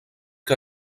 que